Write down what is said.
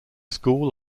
school